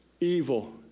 evil